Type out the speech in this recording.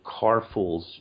carfuls